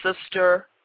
Sister